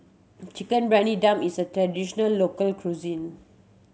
Chicken Briyani Dum is a traditional local cuisine